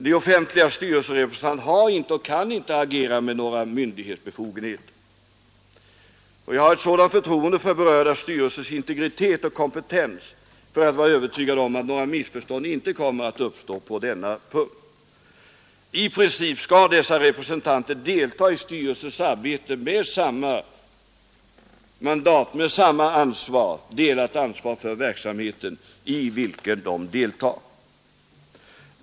De offentliga styrelserepresentanterna har inte — och kan inte agera med - några myndighetsbefogenheter. Jag har tillräckligt förtroende för berörda styrelsers integritet och kompetens för att vara övertygad om att några missförstånd inte kommer att uppstå på denna punkt. I princip skall dessa representanter delta i styrelsens arbete med samma mandat, med delat ansvar för den verksamhet i vilken de deltar.